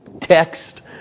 text